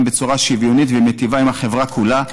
בצורה שוויונית ומיטיבה עם החברה כולה.